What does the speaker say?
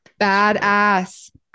badass